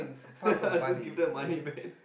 I'll just give them money man